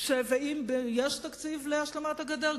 שאם יש תקציב להקמת הגדר,